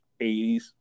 80s